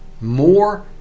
More